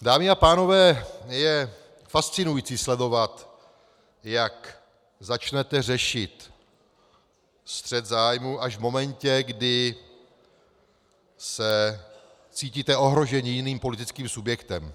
Dámy a pánové, je fascinující sledovat, jak začnete řešit střet zájmů až v momentě, kdy se cítíte ohroženi jiným politickým subjektem.